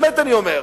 באמת אני אומר.